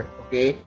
okay